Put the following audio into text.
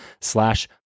slash